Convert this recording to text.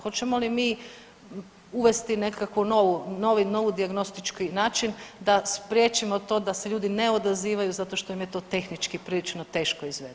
Hoćemo li mi uvesti nekakvi novi dijagnostički način da spriječimo to da se ljudi ne odazivaju zato što im je to tehnički prilično teško izvedivo.